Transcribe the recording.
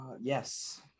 Yes